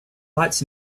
lights